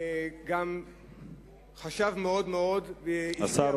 וגם חשב הרבה מאוד מאוד, והשקיע רבות בחוק הזה.